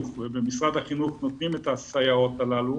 ובמשרד החינוך נותנים את הסייעות הללו,